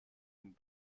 een